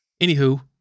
Anywho